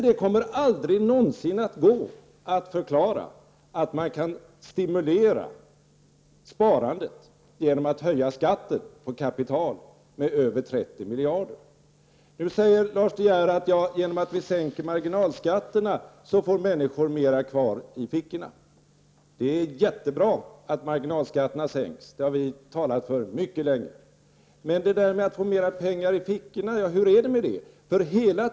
Det kommer ju aldrig någonsin att vara möjligt att förklara att sparandet kan stimuleras genom en höjning av skatten på kapital med över 30 miljarder. Lars De Geer säger: Genom att marginalskatterna sänks får människor mera kvar i fickorna. Ja, det är mycket bra att marginalskatterna sänks. Det har vi talat för under mycket lång tid. Men hur är det med detta med att människor får mera kvar i fickorna?